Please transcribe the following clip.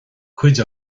cuid